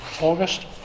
August